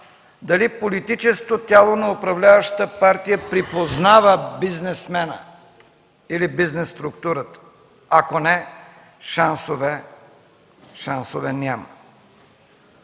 дали политическото тяло на управляващата партия припознава бизнесмена или бизнес структурата, ако не – шансове няма.